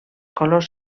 colors